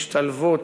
השתלבות,